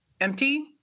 empty